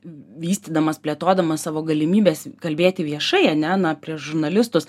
vystydamas plėtodamas savo galimybes kalbėti viešai ane na prieš žurnalistus